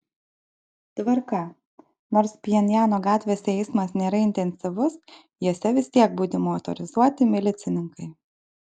tvarka nors pchenjano gatvėse eismas nėra intensyvus jose vis tiek budi motorizuoti milicininkai